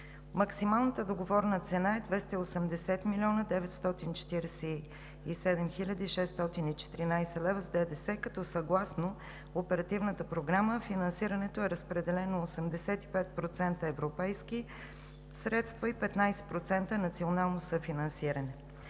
Максималната договорена цена е 280 млн. 947 хил. 614 лв. с ДДС, като съгласно Оперативната програма финансирането е разпределено 85% европейски средства и 15% национално съфинансиране.